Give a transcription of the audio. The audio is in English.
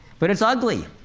but it's ugly.